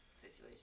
situation